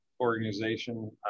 organization